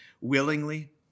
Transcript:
willingly